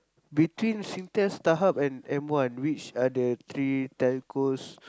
between Singtel StarHub and M-one which are the three Telcos